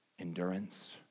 Endurance